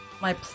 my-